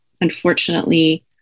unfortunately